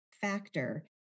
factor